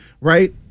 right